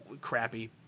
crappy